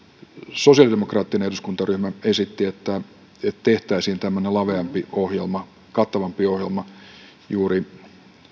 sosiaalidemokraattinen eduskuntaryhmä esitti että tehtäisiin laveampi kattavampi ohjelma juuri